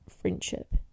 friendship